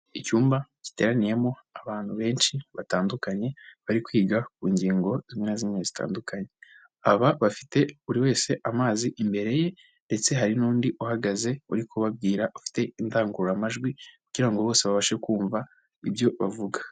Icyumba giteraniyemo abantu benshi batandukanye bari kwiga ku ngingo zimwe na zimwe zitandukanye. Aba bafite buri wese amazi imbere ye ndetse hari n'undi uhagaze uri kubabwira afite indangururamajwi kugira ngo bose babashe kumva ibyo bavuga.